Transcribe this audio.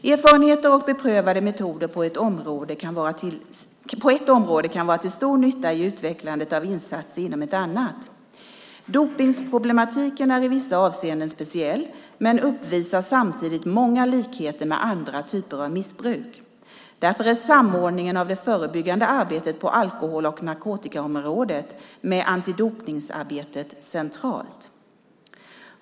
Erfarenheter och beprövade metoder på ett område kan vara till stor nytta i utvecklandet av insatser inom ett annat. Dopningsproblematiken är i vissa avseenden speciell, men uppvisar samtidigt många likheter med andra typer av missbruk. Därför är samordningen av det förebyggande arbetet på alkohol och narkotikaområdet med antidopningsarbetet centralt.